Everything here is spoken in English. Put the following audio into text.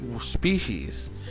species